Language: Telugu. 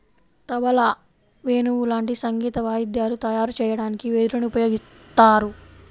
తబలా, వేణువు లాంటి సంగీత వాయిద్యాలు తయారు చెయ్యడానికి వెదురుని ఉపయోగిత్తారు